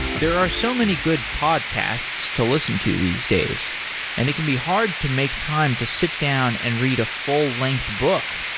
there are so many good podcasts to lis ten and to these days and it can be hard to make time to sit down and read a full-length book.